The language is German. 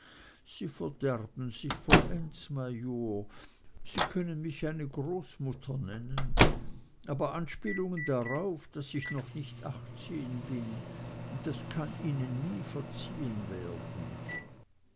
sie verderben sich vollends major sie können mich eine großmutter nennen aber anspielungen darauf daß ich noch nicht achtzehn bin das kann ihnen nie verziehen werden